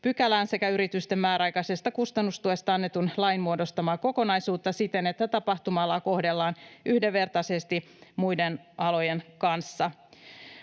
58 g §:n sekä yritysten määräaikaisesta kustannustuesta annetun lain muodostamaa kokonaisuutta siten, että tapahtuma-alaa kohdellaan yhdenvertaisesti muiden alojen kanssa.